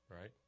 right